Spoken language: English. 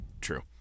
true